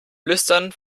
flüstern